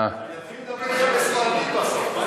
אני אתחיל לדבר בספרדית בסוף.